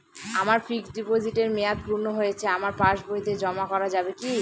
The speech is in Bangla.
আমার ফিক্সট ডিপোজিটের মেয়াদ পূর্ণ হয়েছে আমার পাস বইতে জমা করা যাবে কি?